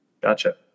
gotcha